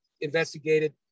investigated